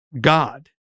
God